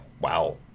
wow